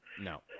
No